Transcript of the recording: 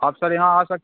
आप सर यहाँ आ सकते